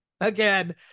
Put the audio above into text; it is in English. again